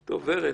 ורד.